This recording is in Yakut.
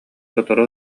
сотору